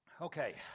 Okay